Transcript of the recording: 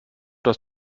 das